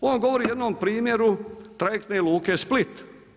On govori o jednom primjeru trajektne luke Split.